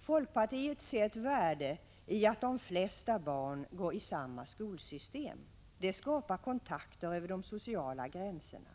Folkpartiet ser ett värde i att de flesta barn går i samma skolsystem. Det skapar kontakter över de sociala gränserna.